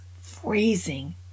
freezing